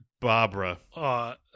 Barbara